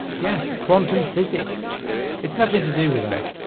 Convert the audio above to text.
yes quantum physics it's nothing to do with that